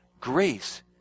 Grace